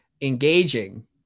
engaging